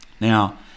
Now